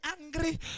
angry